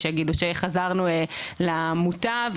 יש שיגידו שחזרנו למוטב,